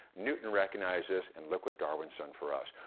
newton recognized this, and look what darwin's done for us?